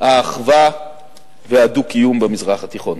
האחווה והדו-קיום במזרח התיכון.